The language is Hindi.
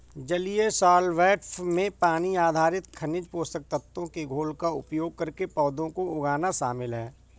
जलीय सॉल्वैंट्स में पानी आधारित खनिज पोषक तत्वों के घोल का उपयोग करके पौधों को उगाना शामिल है